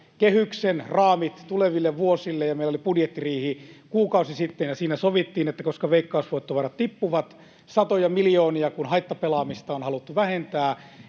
kehyksen, raamit, tuleville vuosille. Meillä oli budjettiriihi kuukausi sitten, ja siinä sovittiin, että koska veikkausvoittovarat tippuvat satoja miljoonia, kun haittapelaamista on haluttu vähentää,